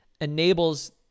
enables